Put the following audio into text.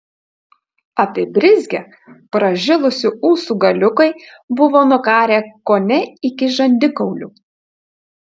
apibrizgę pražilusių ūsų galiukai buvo nukarę kone iki žandikaulių